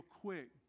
quick